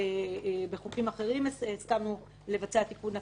בחוקים אחרים הסכמנו לבצע תיקון עקיף.